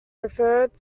referred